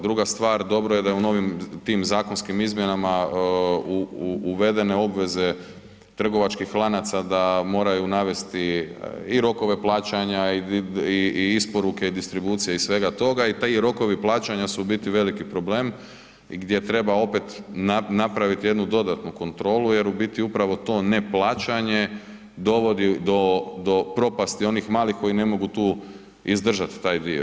Druga stvar, dobro je da je u novim tim zakonskim izmjenama uvedene obveze trgovačkih lanaca da moraju navesti i rokove plaćanja i isporuke i distribucije i svega toga i ti rokovi plaćanja su veliki problem gdje treba opet napraviti jednu dodatnu kontrolu jer upravo to ne plaćanje dovodi do propasti onih malih koji ne mogu tu izdržat taj dio.